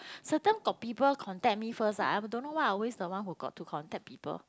sometime got people contact me first ah I don't know why I always the one who got to contact people